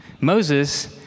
Moses